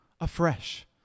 afresh